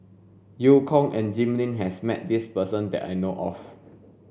Eu Kong and Jim Lim has met this person that I know of